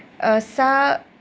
सः